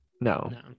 No